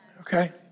okay